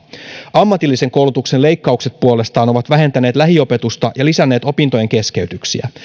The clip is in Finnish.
ammatillisen koulutuksen leikkaukset puolestaan ovat vähentäneet lähiopetusta ja lisänneet opintojen keskeytyksiä